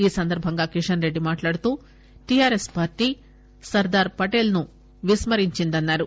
ఈ సందర్బంగా కిషన్రెడ్డి మాట్లాడుతూటీఆర్ఎస్ పార్టీ సర్దార్ పటేల్ ను విస్మరించిందన్నారు